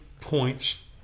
points